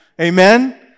Amen